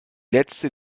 letzte